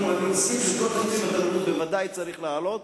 אני מסכים שאת כל תקציב התרבות בוודאי צריך להעלות.